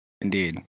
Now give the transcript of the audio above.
indeed